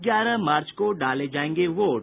ग्यारह मार्च को डाले जायेंगे वोट